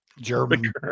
German